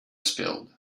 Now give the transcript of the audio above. spilled